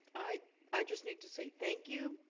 i i just need to say thank you,